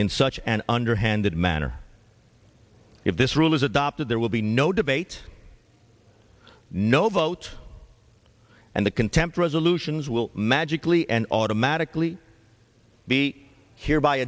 in such an underhanded manner if this rule is adopted there will be no debate no vote and the contempt resolutions will magically and automatically be here by